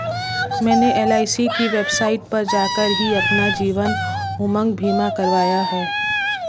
मैंने एल.आई.सी की वेबसाइट पर जाकर ही अपना जीवन उमंग बीमा करवाया है